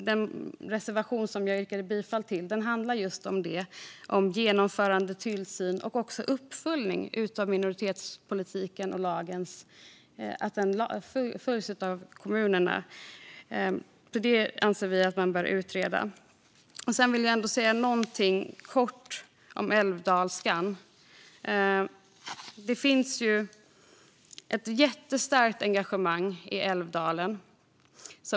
Den reservation jag yrkade bifall till handlar om just det, om genomförande, tillsyn och även uppföljning av minoritetspolitiken och att lagen följs av kommunerna. Vi anser att man bör utreda det. Jag vill också säga något kort om älvdalskan. Det finns ett jättestarkt engagemang i Älvdalen. De har kämpat på.